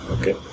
okay